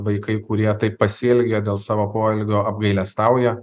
vaikai kurie taip pasielgė dėl savo poelgio apgailestauja